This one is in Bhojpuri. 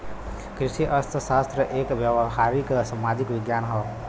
कृषि अर्थशास्त्र एक व्यावहारिक सामाजिक विज्ञान हौ